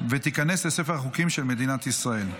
והיא תיכנס לספר החוקים של מדינת ישראל.